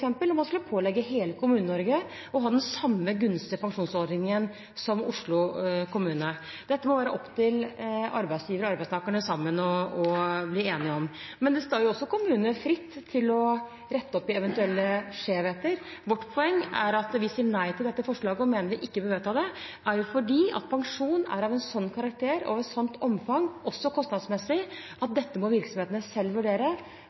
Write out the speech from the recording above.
rart om man f.eks. skulle pålegge hele Kommune-Norge å ha den samme gunstige pensjonsordningen som Oslo kommune. Dette må være opp til arbeidsgiver og arbeidstakerne sammen å bli enige om. Men kommunene står også fritt til å rette opp i eventuelle skjevheter. Vårt poeng er at når vi sier nei til dette forslaget og mener vi ikke bør vedta det, er det fordi pensjon er av en slik karakter og av et slikt omfang – også kostnadsmessig – at dette må virksomhetene selv vurdere: